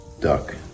duck